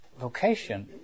vocation